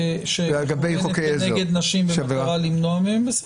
שמכוונת כנגד נשים במטרה למנוע מהן,